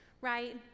right